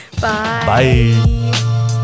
Bye